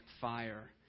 fire